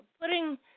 putting